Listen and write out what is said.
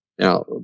Now